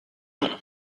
nom